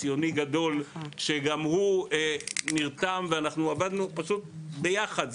ציוני גדול, שגם הוא נרתם ואנחנו עבדנו פשוט ביחד.